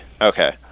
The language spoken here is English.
Okay